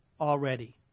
already